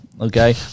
Okay